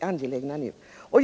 angelägna just nu.